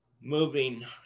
Moving